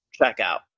checkout